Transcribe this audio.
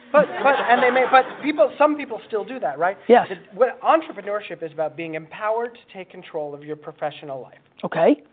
but but and they may, but some people still do that, right? yes. but entrepreneurship is about being empowered to take control of your professional life. okay.